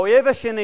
האויב השני